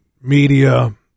media